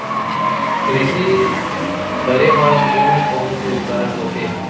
कृषि करेबर कोन कौन से उपकरण होथे?